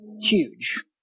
huge